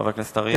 חבר הכנסת אריאל.